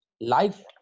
life